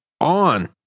on